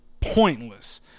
pointless